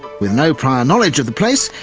with no prior knowledge of the place,